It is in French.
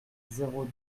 zéro